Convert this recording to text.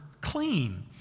clean